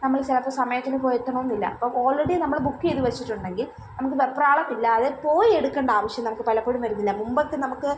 നമ്മൾ ചിലപ്പം സമയത്തിന് പോയെത്തണമെന്നില്ല അപ്പം ഓൾറഡി നമ്മൾ ബുക്ക് ചെയ്ത് വെച്ചിട്ടുണ്ടെങ്കിൽ നമുക്ക് വെപ്രാളം ഇല്ലാതെ പോയി എടുക്കേണ്ട ആവശ്യം നമുക്ക് പലപ്പോഴും വരുന്നില്ല മുമ്പൊക്കെ നമുക്ക്